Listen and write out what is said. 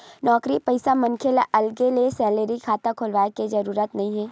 नउकरी पइसा मनखे ल अलगे ले सेलरी खाता खोलाय के जरूरत नइ हे